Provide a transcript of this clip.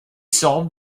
solve